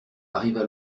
arriva